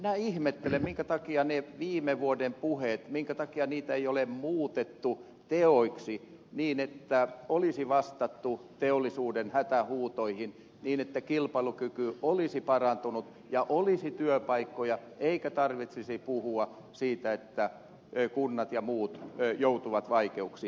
minä ihmettelen minkä takia viime vuoden puheita ei ole muutettu teoiksi niin että olisi vastattu teollisuuden hätähuutoihin niin että kilpailukyky olisi parantunut ja olisi työpaikkoja eikä tarvitsisi puhua siitä että kunnat ja muut joutuvat vaikeuksiin